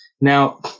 Now